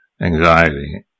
anxiety